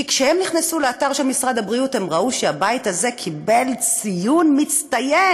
כשהם נכנסו לאתר של משרד הבריאות הם ראו שהבית הזה קיבל ציון מצטיין,